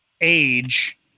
age